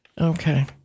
Okay